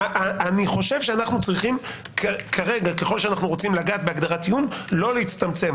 ככל שאנחנו רוצים לגעת בהגדרת איום אנחנו צריכים לא להצטמצם